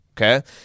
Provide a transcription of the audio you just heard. Okay